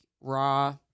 raw